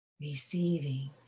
receiving